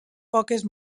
poques